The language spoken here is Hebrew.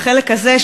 החלק הזה,